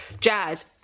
jazz